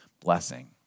blessing